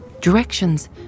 directions